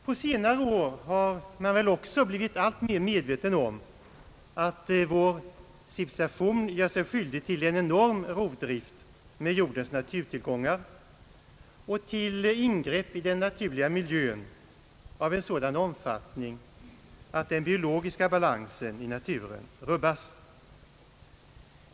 På senare år har man också blivit alltmer medveten om att vår civilisation gör sig skyldig till en enorm rovdrift med jordens naturtillgångar och till ingrepp i den naturliga miljön av en sådan omfattning att den biologiska balansen i naturen rubbas.